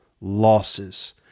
losses